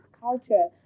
culture